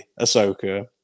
Ahsoka